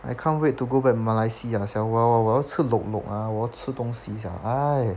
I can't wait to go back 马来西亚 sia 我要吃 lok lok ah 我要吃东西 sia !aiya!